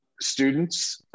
students